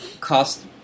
cost